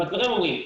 אתם בעצמכם אומרים.